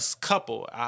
couple